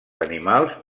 animals